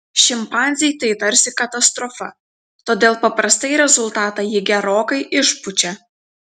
šimpanzei tai tarsi katastrofa todėl paprastai rezultatą ji gerokai išpučia